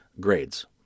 grades